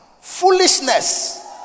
foolishness